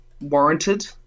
warranted